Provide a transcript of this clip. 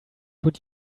would